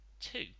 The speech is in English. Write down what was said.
Two